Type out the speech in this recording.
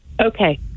Okay